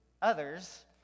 others